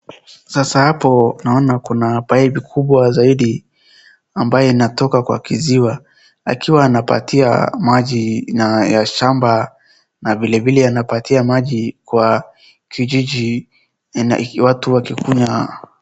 Sasa hapo naona kuna pipe kubwa zaidi ambao inatoka kwa kiziwa. Akiwa anapatia maji ya shamba na vilevile anapatia maji kwa kijiji watu wakikunywa.